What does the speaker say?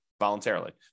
voluntarily